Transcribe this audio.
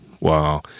Wow